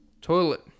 toilet